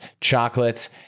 chocolates